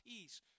peace